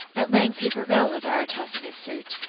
at length he prevailed with aretas in his suit.